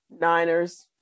Niners